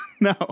no